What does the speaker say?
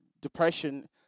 depression